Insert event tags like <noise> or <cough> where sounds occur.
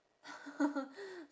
<laughs>